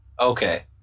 okay